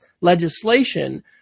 legislation